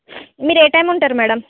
మీరు ఏ టైమ్ ఉంటారు మ్యాడం